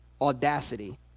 audacity